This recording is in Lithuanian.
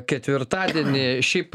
ketvirtadienį šiaip